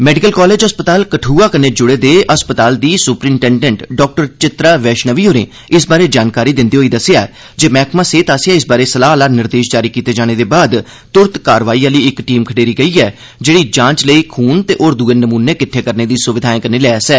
medical college अस्पताल कठुआ कन्नै कन्नै जुड़े दे अस्पताल दी सुपरिटेंडेंट डॉ चित्रा वैष्णवी होरें इस बारे जानकारी दिंदे होई दस्सेआ जे मैह्कमा सेह्त आस्सेआ इस बारे सलाह् आला निर्देश जारी कीते जाने दे बाद तुरत कारवाई आली इक टीम खडेरी गेई जेई जांच लेई खून ते होर दुए नमूने किट्ठे करने दी सुविधाएं कन्नै लैस ऐ